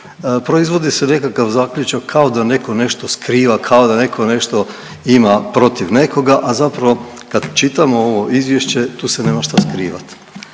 proizvodi se nekakav zaključak kao da neko nešto skriva, kao da neko nešto ima protiv nekoga, a zapravo kad čitamo ovo izvješće tu se nema šta skrivat.